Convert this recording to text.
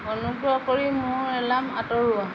অনুগ্ৰহ কৰি মোৰ এলাৰ্ম আঁতৰোৱা